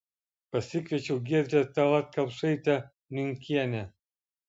pasikviečiau giedrę tallat kelpšaitę niunkienę